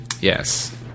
Yes